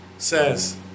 Says